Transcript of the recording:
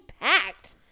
packed